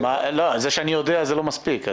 זה שאני יודע זה לא מספיק.